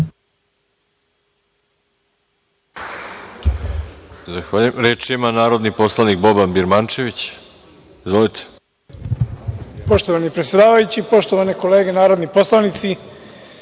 Zahvaljujem. Reč ima narodni poslanik Boban Birmančević. **Boban Birmančević** Poštovani predsedavajući, poštovane kolege narodni poslanici,